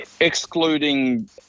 excluding